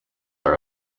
are